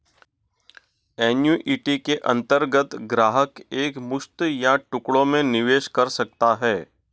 annuity के अंतर्गत ग्राहक एक मुश्त या टुकड़ों में निवेश कर सकता है